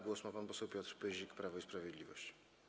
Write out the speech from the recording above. Głos ma pan poseł Piotr Pyzik, Prawo i Sprawiedliwość.